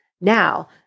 now